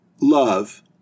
love